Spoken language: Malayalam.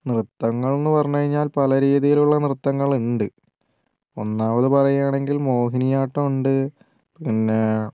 നൃത്തങ്ങൾ എന്നു പറഞ്ഞു കഴിഞ്ഞാൽ പലരീതിയിലുള്ള നൃത്തങ്ങളുണ്ട് ഒന്നാമത് പറയുകയാണെങ്കിൽ മോഹിനിയാട്ടമുണ്ട് പിന്നെ